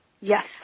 Yes